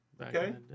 Okay